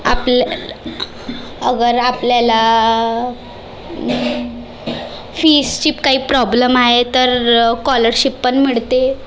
आपल्याला अगर आपल्याला फीसची काही प्रॉब्लेम आहे तर कॉलरशिप पण मिळते